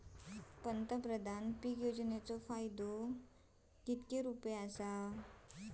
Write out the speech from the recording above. पंतप्रधान पीक योजनेचो फायदो किती रुपये आसा?